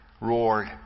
roared